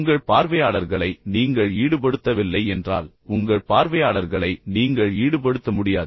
உங்கள் பார்வையாளர்களை நீங்கள் ஈடுபடுத்தவில்லை என்றால் உங்கள் பார்வையாளர்களை நீங்கள் ஈடுபடுத்த முடியாது